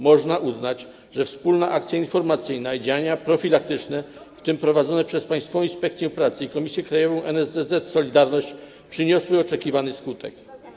Można uznać, że wspólna akcja informacyjna i działania profilaktyczne, w tym prowadzone przez Państwową Inspekcję Pracy i Komisję Krajową NSZZ „Solidarność”, przyniosły oczekiwany skutek.